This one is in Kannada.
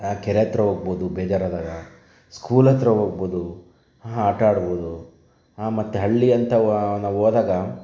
ಕೆರೆ ಹತ್ತಿರ ಹೋಗ್ಬೋದು ಬೇಜಾರಾದಾಗ ಸ್ಕೂಲ್ ಹತ್ತಿರ ಹೋಗ್ಬೋದು ಆಟ ಆಡ್ಬೋದು ಮತ್ತು ಹಳ್ಳಿ ಅಂತ ವ ನಾವು ಹೋದಾಗ